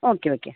okay okay